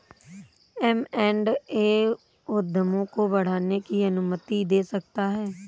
M and A उद्यमों को बढ़ाने की अनुमति दे सकता है